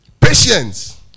Patience